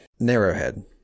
narrowhead